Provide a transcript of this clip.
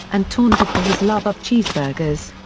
and taunted for his love of cheeseburgers.